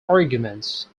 arguments